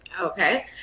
okay